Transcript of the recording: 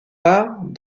part